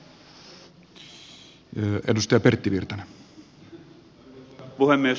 arvoisa puhemies